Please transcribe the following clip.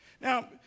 Now